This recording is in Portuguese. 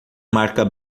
marca